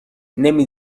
نمی